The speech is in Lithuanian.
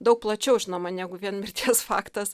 daug plačiau žinoma negu vien mirties faktas